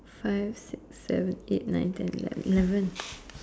five six seven eight nine ten eleven eleven